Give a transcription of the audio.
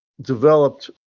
developed